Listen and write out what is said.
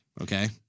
Okay